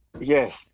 Yes